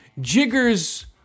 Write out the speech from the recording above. jiggers